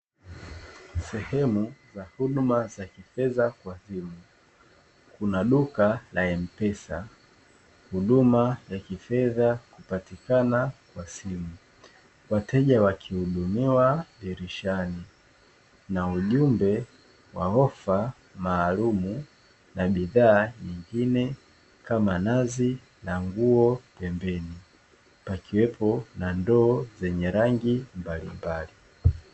Sehemu za huduma za kifedha kwa simu, kuna duka la m-pesa huduma ya kifedha kupatikana kwa simu, wateja wa kihudumiwa dirishani, na ujumbe wa ofa maalumu na bidhaa nyingine kama nazi na nguo pembeni, pakiwepo na ndoo zenye rangi mbalimbali.